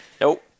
nope